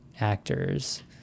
actors